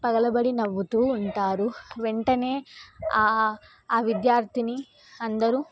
పగలబడి నవ్వుతూ ఉంటారు వెంటనే ఆ విద్యార్థిని అందరూ